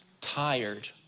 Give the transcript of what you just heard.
tired